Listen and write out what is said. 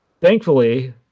Thankfully